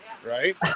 Right